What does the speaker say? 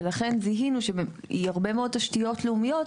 ולכן זיהינו שבהרבה מאוד תשתיות לאומיות,